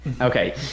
Okay